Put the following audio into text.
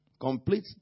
complete